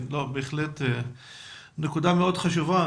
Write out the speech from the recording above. נקודה מאוד חשובה.